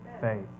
faith